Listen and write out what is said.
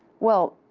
well,